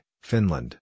Finland